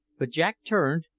but jack turned,